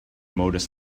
modus